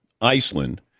Iceland